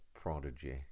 Prodigy